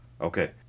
Okay